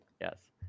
yes